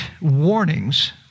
warnings